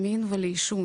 למין ולעישון,